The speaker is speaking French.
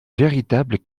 véritables